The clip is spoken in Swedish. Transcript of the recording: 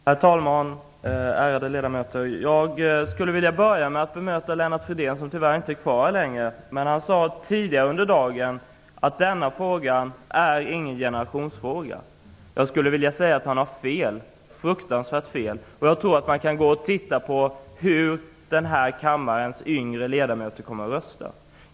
Herr talman! Ärade ledamöter! Jag vill börja med att bemöta Lennart Fridén som tyvärr inte är kvar här längre. Han sade tidigare under dagen att denna fråga inte är en generationsfråga. Jag skulle vilja säga att han har fruktansvärt fel. Vi skulle kunna titta på hur kammarens yngre ledamöter kommer att rösta.